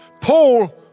Paul